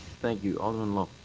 thank you. alderman lowe?